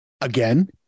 again